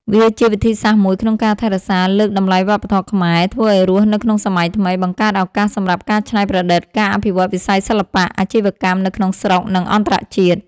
វាជាវិធីសាស្រ្តមួយក្នុងការថែរក្សា លើកតម្លៃវប្បធម៌ខ្មែរ ធ្វើឲ្យរស់នៅក្នុងសម័យថ្មី បង្កើតឱកាសសម្រាប់ការច្នៃប្រឌិត ការអភិវឌ្ឍវិស័យសិល្បៈ អាជីវកម្មនៅក្នុងស្រុក និងអន្តរជាតិ។